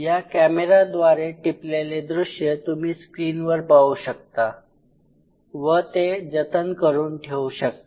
या कॅमेराद्वारे टिपलेले दृश्य तुम्ही स्क्रीनवर पाहू शकता व ते जतन करून ठेवू शकता